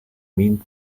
mean